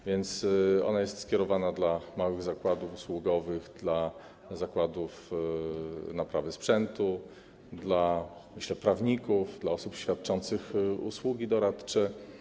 A więc ona jest skierowana do małych zakładów usługowych, do zakładów naprawy sprzętu, do, myślę, prawników, do osób świadczących usługi doradcze.